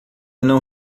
não